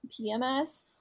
PMS